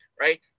right